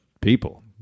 people